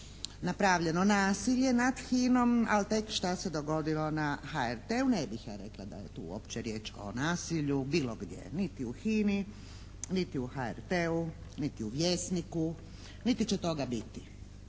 al … /Govornik se ne razumije./ … šta se dogodilo na HRT-u, ne bih ja rekla da je tu uopće riječ o nasilju bilo gdje. Niti u HINA-i, niti u HRT-u niti u Vjesniku niti će toga biti.